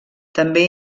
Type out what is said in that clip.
també